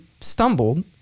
stumbled